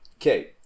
Okay